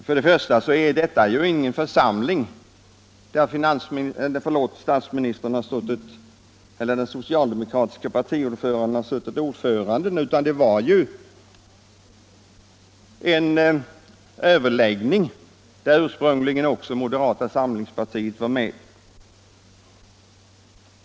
För det första var detta ingen församling där den socialdemokratiska partiordföranden satt ordförande, utan det var fråga om partiledaröverläggningar där ursprungligen även moderaterna var med.